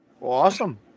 Awesome